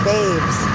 Babes